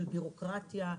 של ביורוקרטיה,